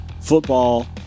Football